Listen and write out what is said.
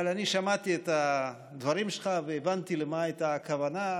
אבל אני שמעתי את הדברים שלך והבנתי מה הייתה הכוונה,